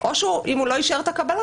או שאם הוא לא אישר את הקבלה,